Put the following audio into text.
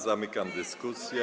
Zamykam dyskusję.